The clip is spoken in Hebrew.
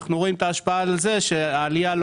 אנחנו רואים את ההשפעה לכך שהעלייה לא